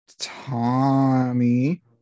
Tommy